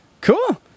Cool